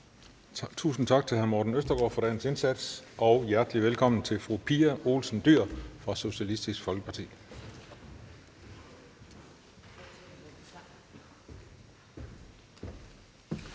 Tusind tak til hr. Morten Østergaard for dagens indsats, og hjertelig velkommen til fru Pia Olsen Dyhr fra Socialistisk Folkeparti.